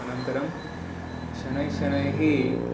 अनन्तरं शनै शनैः